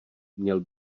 měl